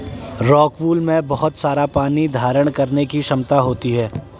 rockwool में बहुत सारा पानी धारण करने की क्षमता होती है